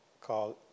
called